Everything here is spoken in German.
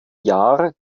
jahr